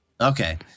Okay